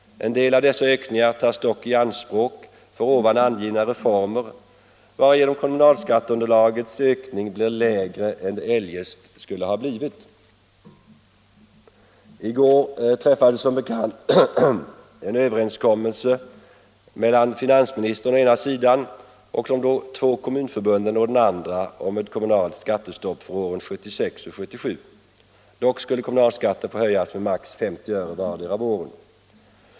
En del av dessa ökningar tas dock i anspråk för här angivna reformer, varigenom kommunalskatteunderlagets ökning blir lägre än det eljest skulle ha blivit. I går träffades som bekant en överenskommelse mellan finansministern å ena sidan och de två kommunförbunden å den andra om ett kommunalt skattestopp för åren 1976 och 1977. Dock skulle kommunalskatten få höjas med maximalt 50 öre vartdera året.